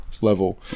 level